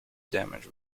damage